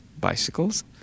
bicycles